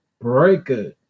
Breaker